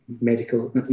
medical